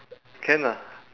can lah